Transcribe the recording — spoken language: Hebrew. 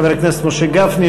חבר הכנסת משה גפני,